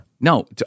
No